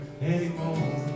anymore